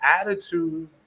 attitude